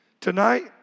Tonight